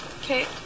Okay